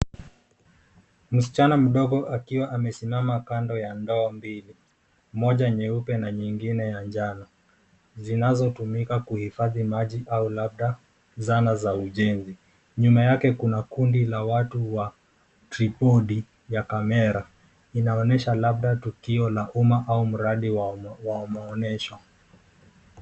Msichana mdogo akiwa amesimama kando ya ndoo mbili, moja nyeupe na nyingine ya njano zinazotumika kuhifadhi maji au labda zana za ujenzi. Nyuma yake kuna kundi la watu wa tripod ya kamera inaonyesha labda tukio la umma au mradi wa maonyesho.